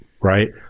Right